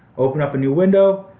open up a new window,